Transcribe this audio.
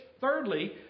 Thirdly